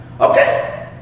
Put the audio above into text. Okay